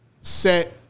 Set